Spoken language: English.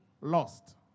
lost